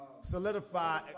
solidify